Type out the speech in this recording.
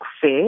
Fair